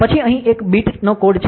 પછી અહીં એક બીટ નો કોડ છે